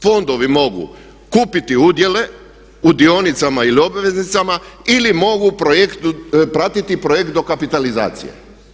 Fondovi mogu kupiti udjele u dionicama ili obveznicama ili mogu projekt pratiti, projekt dokapitalizacije.